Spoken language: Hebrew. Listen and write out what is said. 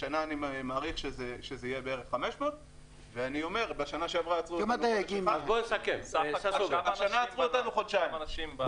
השנה אני מעריך שזה יהיה בערך 500. השנה עצרו אותנו חודשיים.